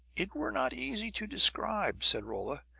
it were not easy to describe, said rolla,